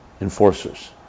enforcers